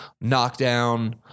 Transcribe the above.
knockdown